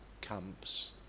camps